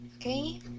Okay